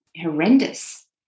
horrendous